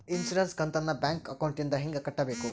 Insurance ಕಂತನ್ನ bank ಅಕೌಂಟಿಂದ ಹೆಂಗ ಕಟ್ಟಬೇಕು?